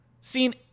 seen